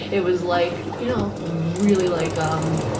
it was like, you know, really like, um,